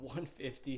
150